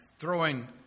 throwing